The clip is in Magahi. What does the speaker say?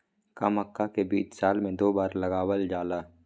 का मक्का के बीज साल में दो बार लगावल जला?